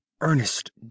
Ernest